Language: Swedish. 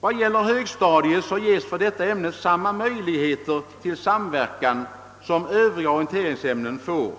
När det gäller högstadiet ges ämnet där genom förslaget till ny läroplan samma möjligheter till samverkan som övriga orienteringsämnen får.